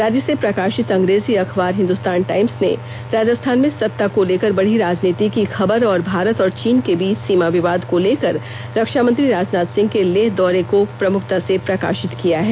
राज्य से प्रकाशित अंग्रेजी अखबार हिंदुस्तान टाइम्स ने राजस्थान में सत्ता को लेकर बढ़ी राजनीति की खबर और भारत और चीन के बीच सीमा विवाद को लेकर रक्षामंत्री राजनाथ सिंह के लेह दौरे को को प्रमुखता से प्रकाशित किया है